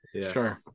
Sure